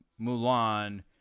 Mulan